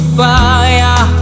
fire